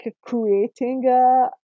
creating